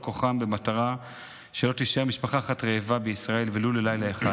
כוחם כדי שלא תישאר משפחה רעבה בישראל ולו ללילה אחד,